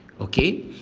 okay